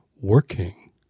Working